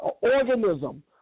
organism